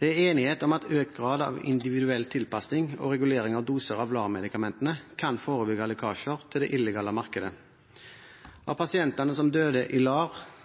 Det er enighet om at økt grad av individuell tilpasning og regulering av doser av LAR-medikamentene kan forebygge lekkasjer til det illegale markedet. Av dødsfall blant pasienter i